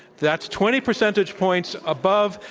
that's twenty percentage points above.